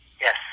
Yes